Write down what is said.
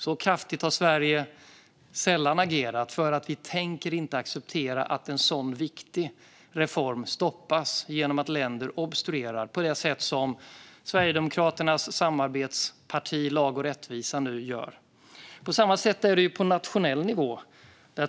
Så kraftigt har Sverige sällan agerat, för vi tänker inte acceptera att en sådan viktig reform stoppas genom att länder obstruerar på det sätt som Sverigedemokraternas samarbetsparti Lag och rättvisa nu gör. På samma sätt är det på nationell nivå.